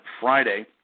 Friday